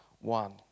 one